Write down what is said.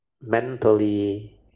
mentally